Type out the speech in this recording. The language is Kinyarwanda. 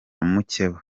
mukeba